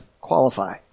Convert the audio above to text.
qualify